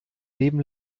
leben